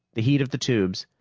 the heat of the tubes,